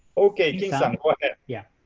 okay kin-san go ahead. yeah